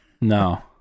no